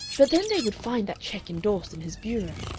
but then they would find that check endorsed in his bureau.